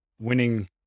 winning